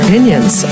Opinions